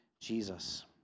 Jesus